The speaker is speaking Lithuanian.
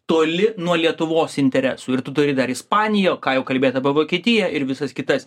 toli nuo lietuvos interesų ir tu turi dar ispaniją o ką jau kalbėt apie vokietiją ir visas kitas